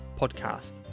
podcast